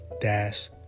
dash